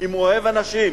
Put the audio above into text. אם הוא אוהב אנשים.